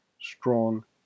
strong